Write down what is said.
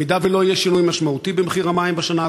אם לא יהיה שינוי משמעותי במחיר המים בשנה הקרובה,